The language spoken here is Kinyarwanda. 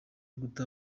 guta